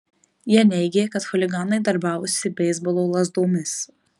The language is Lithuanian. jie neigė kad chuliganai darbavosi beisbolo lazdomis